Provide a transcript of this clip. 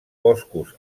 boscos